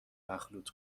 مخلوط